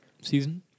season